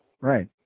Right